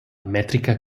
mètrica